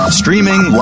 streaming